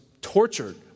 tortured